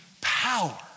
power